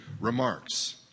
remarks